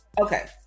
Okay